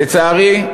לצערי,